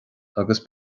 agus